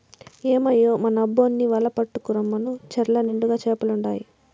ఏమయ్యో మన అబ్బోన్ని వల పట్టుకు రమ్మను చెర్ల నిండుగా చేపలుండాయి